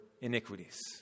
iniquities